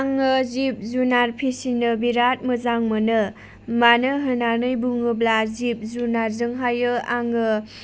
आङो जिब जुनार फिसिनो बिराद मोजां मोनो मानो होननानै बुङोब्ला जिब जुनारजोंहाय आङो